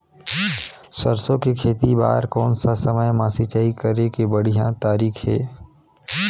सरसो के खेती बार कोन सा समय मां सिंचाई करे के बढ़िया तारीक हे?